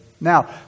Now